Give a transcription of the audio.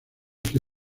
que